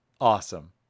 Awesome